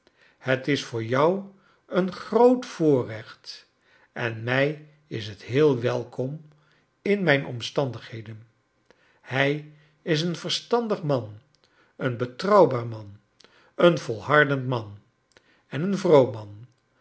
het is voor jou een groot voorrecht en mij is het heel welkom in mijn omstandigjaeden hij is een verstandig man een betrouwbaar man een volhardend man en een vroom man